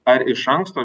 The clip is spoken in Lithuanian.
ar iš anksto